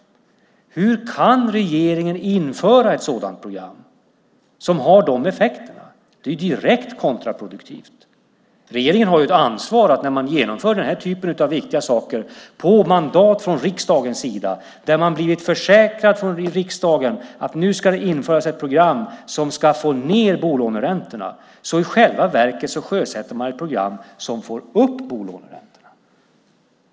Hur kan regeringen införa ett program som har de effekterna? Det är direkt kontraproduktivt. Regeringen har ett ansvar när man genomför så viktiga saker på mandat från riksdagen. Riksdagen har blivit försäkrad att det ska införas ett program som ska få ned bolåneräntorna. I själva verket sjösätter man ett program som får upp bolåneräntorna.